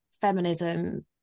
feminism